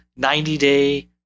90-day